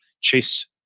Chase